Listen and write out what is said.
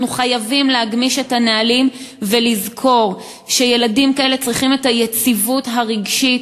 אנחנו חייבים להגמיש את הנהלים ולזכור שילדים כאלה צריכים יציבות רגשית,